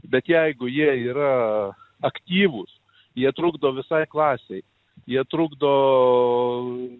bet jeigu jie yra aktyvūs jie trukdo visai klasei jie trukdo